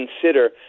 consider